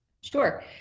sure